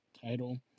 title